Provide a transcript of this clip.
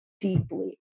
deeply